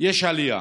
יש עלייה: